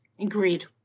Agreed